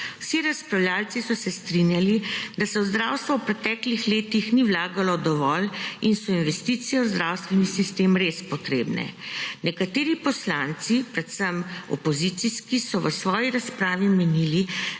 Vsi razpravljavci so se strinjali, da se v zdravstvo v preteklih letih ni vlagajo dovolj in so investicije v zdravstveni sistem res potrebne. Nekateri poslanci, predvsem opozicijski, so v svoji razpravi menili,